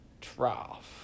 trough